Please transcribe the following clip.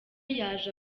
yaje